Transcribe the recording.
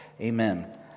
Amen